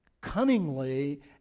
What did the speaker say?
Cunningly